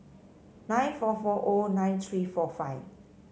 nine four four O nine three four five